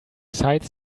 site